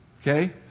Okay